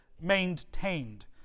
maintained